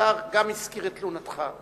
השר גם הזכיר את תלונתך,